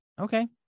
Okay